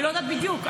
אני לא יודעת בדיוק.